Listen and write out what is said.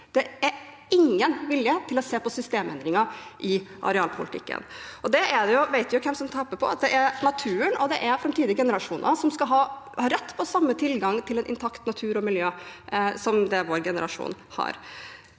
ikke er noen vilje til å se på systemendringer i arealpolitikken. Vi vet hvem som taper på det; det er naturen, og det er framtidige generasjoner, som skal ha rett på samme tilgang til en intakt natur og miljø som det vår generasjon har.